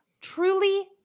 truly